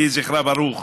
יהי זכרה ברוך.